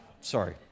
Sorry